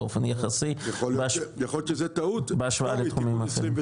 באופן יחסי בהשוואה לתחומים אחרים.